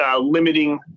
limiting